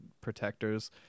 protectors